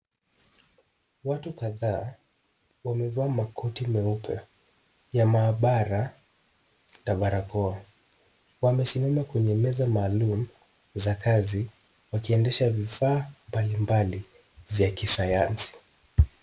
Watu kadhaa wamevaa makoti meupe ya maabara na barakoa. Wamesimama kwenye meza maalum za kazi wakiendesha vifaa mbalimbali vya kisayansi.